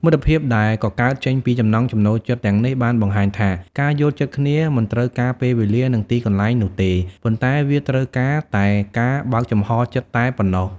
មិត្តភាពដែលកកើតចេញពីចំណង់ចំណូលចិត្តទាំងនេះបានបង្ហាញថា ការយល់ចិត្តគ្នាមិនត្រូវការពេលវេលានិងទីកន្លែងនោះទេ ប៉ុន្តែវាត្រូវការតែការបើកចំហរចិត្តតែប៉ុណ្ណោះ។